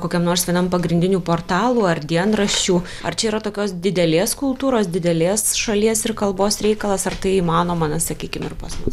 kokiam nors vienam pagrindinių portalų ar dienraščių ar čia yra tokios didelės kultūros didelės šalies ir kalbos reikalas ar tai įmanoma na sakykim ir pasmus